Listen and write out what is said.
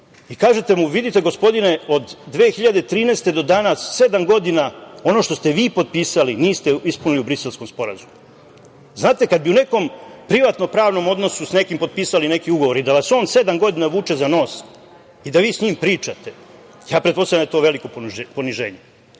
i kažete mu - vidite gospodine, od 2013. godine do danas, sedam godina, ono što ste vi potpisali niste ispunili u Briselskom sporazumu. Znate, kad bi u nekom privatno-pravnom odnosu sa nekim potpisali neki ugovor i da vas on sedam godina vuče za nos i da vi sa njim pričate, ja pretpostavljam da je to veliko poniženje. Zato